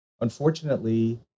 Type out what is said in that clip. unfortunately